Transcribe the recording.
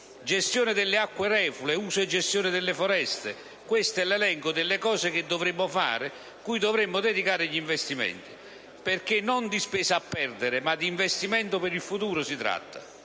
gestione delle acque reflue; uso e gestione delle foreste. Questo è l'elenco delle cose che dovremmo fare, cui dovremmo dedicare gli investimenti, perché non di spesa a perdere, ma di investimento per il futuro si tratta.